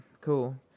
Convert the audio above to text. cool